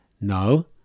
no